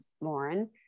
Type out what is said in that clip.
Lauren